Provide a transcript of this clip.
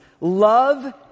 love